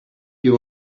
you